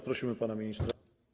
Prosimy pana ministra.